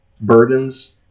burdens